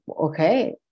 okay